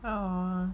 err